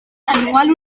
anual